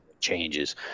changes